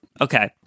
Okay